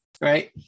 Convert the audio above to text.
right